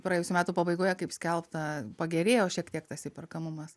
praėjusių metų pabaigoje kaip skelbta pagerėjo šiek tiek tas įperkamumas